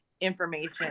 information